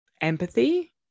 empathy